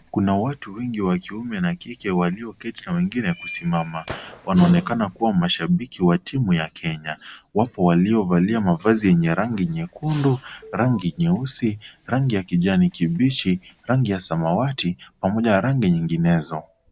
Kuna watu wengi wa kiume na kike walioketi na wengine kusimama wanaonekana kuwa mashabiki wa timu ya Kenya, wapo waliovalia mavazi yenye rangi nyekundu, rangi nyeusi, rangi ya kijani kibichi, rangi ya samawati pamoja na rangi nyinginezo.